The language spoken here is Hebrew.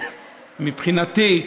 מבחינתי,